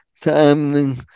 timing